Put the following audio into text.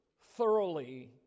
thoroughly